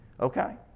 okay